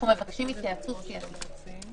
אנחנו מבקשים התייעצות סיעתית,